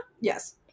Yes